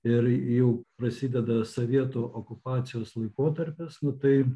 ir jau prasideda savietų okupacijos laikotarpis nu tai